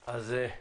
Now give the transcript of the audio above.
לכך.